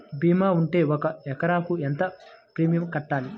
భీమా ఉంటే ఒక ఎకరాకు ఎంత ప్రీమియం కట్టాలి?